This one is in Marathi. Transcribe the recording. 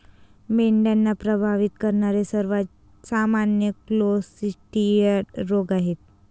मेंढ्यांना प्रभावित करणारे सर्वात सामान्य क्लोस्ट्रिडियल रोग आहेत